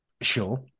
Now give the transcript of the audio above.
sure